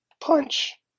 punch